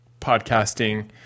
podcasting